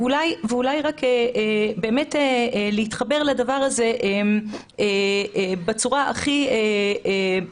אולי להתחבר לדבר הזה בצורה הכי משמעותית,